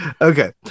okay